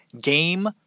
Game